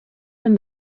from